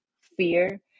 fear